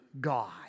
God